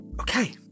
Okay